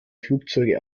flugzeuge